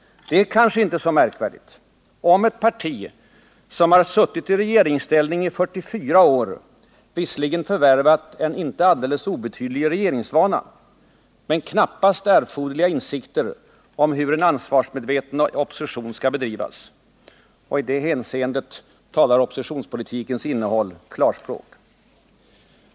Det är kanske inte så märkvärdigt, om ett parti som suttit i regeringsställning i 44 år visserligen förvärvat en inte alldeles obetydlig regeringsvana men knappast erforderliga insikter om hur en ansvarsmedveten opposition skall bedrivas. Och i det hänseendet talar oppositionspolitikens innehåll klarspråk.